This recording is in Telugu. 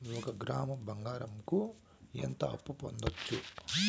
ఒక గ్రాము బంగారంకు ఎంత అప్పు పొందొచ్చు